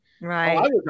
Right